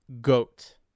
GOAT